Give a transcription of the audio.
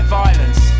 violence